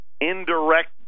indirect